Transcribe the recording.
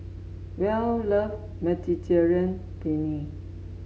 Well love Mediterranean Penne